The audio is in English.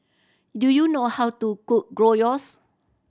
do you know how to cook Gyros